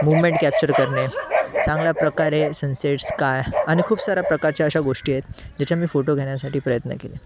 moment capture करणे चांगल्या प्रकारे सनसेट्स काय आणि खूप साऱ्या प्रकारच्या अशा गोष्टी आहेत जेच्या मी फोटो घेण्यासाठी प्रयत्न केले